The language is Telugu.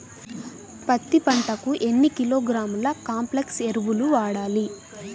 పత్తి పంటకు ఎన్ని కిలోగ్రాముల కాంప్లెక్స్ ఎరువులు వాడాలి?